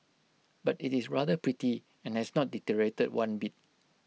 but IT is rather pretty and has not deteriorated one bit